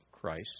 Christ